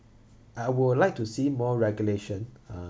I would like to see more regulation uh